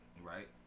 Right